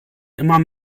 immer